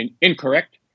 incorrect